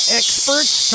experts